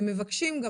ומבקשים גם